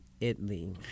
Italy